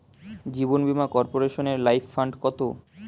জীবন বীমা কর্পোরেশনের life fund কত?